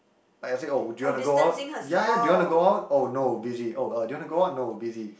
like I say oh would you want to go out ya ya do you want to go out oh no busy oh uh do you want to go out no busy